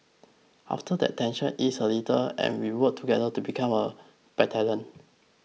after that tensions ease a little and we work together to become a battalion